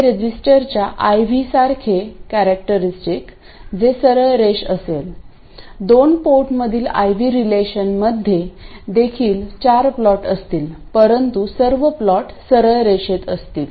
हे रेझिस्टरच्या I V सारखे कॅरेक्टिरिस्टीक जे सरळ रेष असेल दोन पोर्टमधील I V रेलेशनमध्ये देखील चार प्लॉट असतील परंतु सर्व प्लॉट सरळ रेषेत असतील